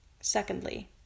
Secondly